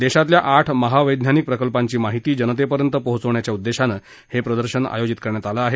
देशातल्या आठ महावैज्ञानिक प्रकल्पांची माहिती जनतेपर्यंत पोहोचवण्याच्या उद्देशानं हे प्रदर्शन आयोजित करण्यात आलं आहे